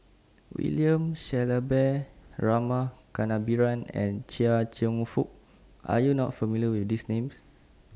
William Shellabear Rama Kannabiran and Chia Cheong Fook Are YOU not familiar with These Names